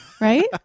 right